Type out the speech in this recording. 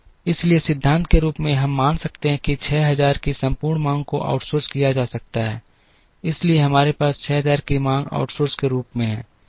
इसलिए सिद्धांत रूप में हम मान सकते हैं कि 6000 की संपूर्ण मांग को आउटसोर्स किया जा सकता है इसलिए हमारे पास 6000 की मांग आउटसोर्स के रूप में है